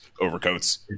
overcoats